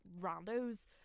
randos